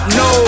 no